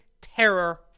terror